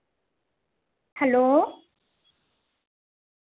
hello